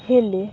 ହେଲେ